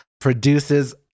produces